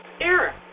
error